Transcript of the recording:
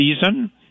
season